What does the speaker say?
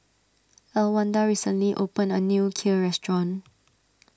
Elwanda recently opened a new Kheer restaurant